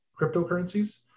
cryptocurrencies